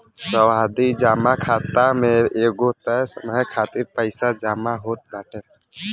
सावधि जमा खाता में एगो तय समय खातिर पईसा जमा होत बाटे